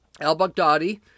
Al-Baghdadi